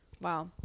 Wow